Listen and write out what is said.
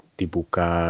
dibuka